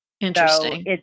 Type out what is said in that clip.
Interesting